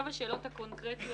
השאלות הקונקרטיות.